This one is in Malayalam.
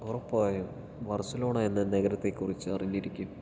ഉറപ്പായും ബാർസലോണ എന്ന നഗരത്തെക്കുറിച്ച് അറിഞ്ഞിരിക്കും